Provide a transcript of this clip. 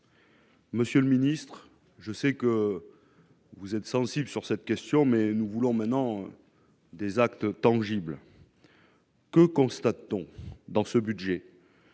Monsieur le ministre, je sais que vous êtes sensible sur cette question, mais nous voulons maintenant des actes tangibles. Que constate-t-on dans ce budget.